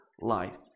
life